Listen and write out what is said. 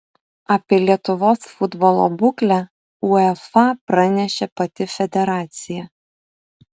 apie lietuvos futbolo būklę uefa pranešė pati federacija